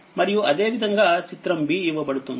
మరియు అదేవిధంగా చిత్రం b ఇవ్వబడుతుంది